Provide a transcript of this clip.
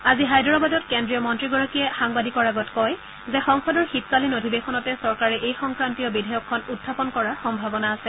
আজি হায়দৰাবাদত কেন্দ্ৰীয় মন্ত্ৰীগৰাকীয়ে সাংবাদিকৰ আগত কয় যে সংসদৰ শীতকালীন অধিৱেশনতে চৰকাৰে এই সংক্ৰান্তীয় বিধেয়কখন উখাপন কৰাৰ সম্ভাৱনা আছে